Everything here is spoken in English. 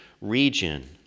region